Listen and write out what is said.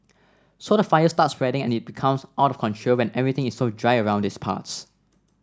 so the fire starts spreading and it becomes out of control when everything is so dry around these parts